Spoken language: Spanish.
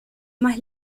más